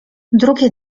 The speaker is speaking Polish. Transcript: drugie